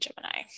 gemini